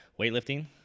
weightlifting